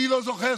אני לא זוכר,